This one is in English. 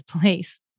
place